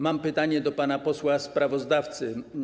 Mam pytanie do pana posła sprawozdawcy.